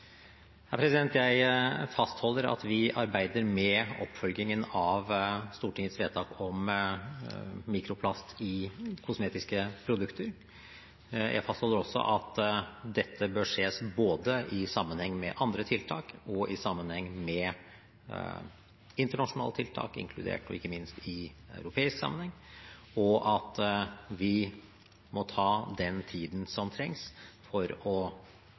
Jeg fastholder at vi arbeider med oppfølgingen av Stortingets vedtak om mikroplast i kosmetiske produkter. Jeg fastholder også at dette bør ses både i sammenheng med andre tiltak og i sammenheng med internasjonale tiltak, inkludert – og ikke minst – i europeisk sammenheng, og at vi må ta den tiden som trengs for å